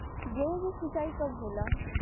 गेहूं के सिंचाई कब होला?